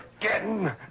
again